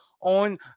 on